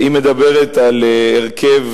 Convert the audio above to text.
היא מדברת על הרכב